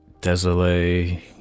Desole